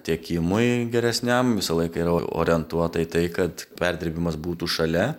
tiekimui geresniam visą laiką yra orientuota į tai kad perdirbimas būtų šalia